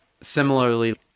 similarly